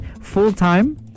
full-time